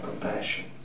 compassion